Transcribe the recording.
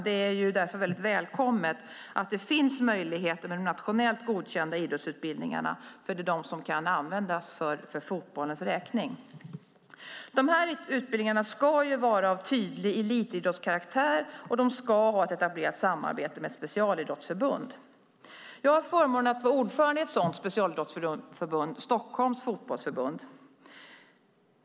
Det är därför väldigt välkommet att det finns möjligheter med nationellt godkända idrottsutbildningar, för det är de som kan användas för fotbollens räkning. De här utbildningarna ska vara av tydlig elitidrottskaraktär och ska ha ett etablerat samarbete med ett specialidrottsförbund. Jag har förmånen att vara ordförande i ett sådant specialidrottsförbund, Stockholms Fotbollförbund.